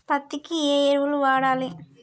పత్తి కి ఏ ఎరువులు వాడాలి?